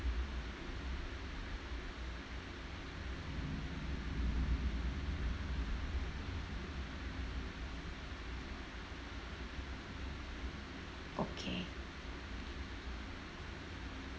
okay